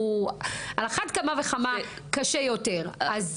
הוא אחת כמה וכמה קשה יותר.